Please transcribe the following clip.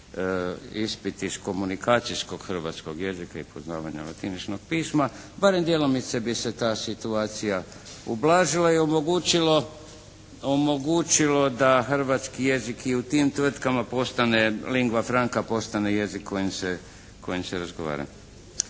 ispit iz komunikacijskog hrvatskog jezika i poznavanja latiničnog pisma barem djelomice bi se ta situacija ublažila i omogućilo da hrvatski jezik i u tim tvrtkama postane lingua …/Govornik se ne razumije./… postane jezik kojim se razgovara.